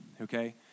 okay